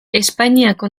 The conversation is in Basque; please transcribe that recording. espainiako